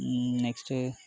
next